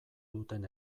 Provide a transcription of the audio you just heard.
duten